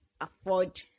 afford